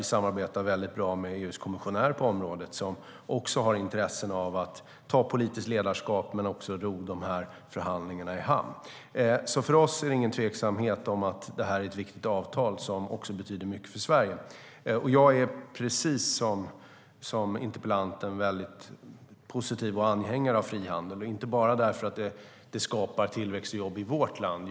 Vi samarbetar också bra med EU:s kommissionär på området, som har intresse av att ta politiskt ledarskap och att ro förhandlingarna i land. För oss råder det ingen tvekan om att det är ett viktigt avtal som betyder mycket för Sverige.Precis som interpellanten är jag en anhängare av frihandel - inte bara för att den skapar tillväxt och jobb i vårt land.